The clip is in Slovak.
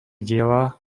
diela